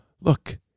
Look